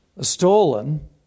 stolen